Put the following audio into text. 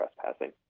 trespassing